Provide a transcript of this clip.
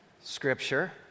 scripture